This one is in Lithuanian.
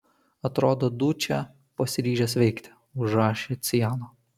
atrodo dučė pasiryžęs veikti užrašė ciano